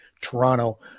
Toronto